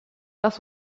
das